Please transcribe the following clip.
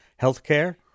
healthcare